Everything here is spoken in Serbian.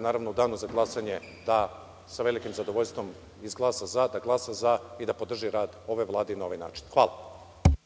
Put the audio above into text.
naravno, u danu za glasanje da sa velikim zadovoljstvom izglasa za, da glasa za i da podrži rad ove vlade i na ovaj način. Hvala.